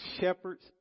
shepherds